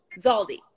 Zaldi